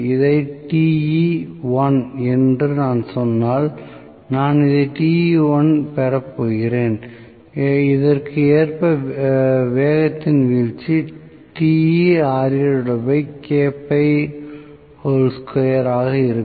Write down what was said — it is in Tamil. இதை Te1 என்று நான் சொன்னால் நான் ஐப் பெறப் போகிறேன் இதற்கு ஏற்ப வேகத்தின் வீழ்ச்சி ஆக இருக்கும்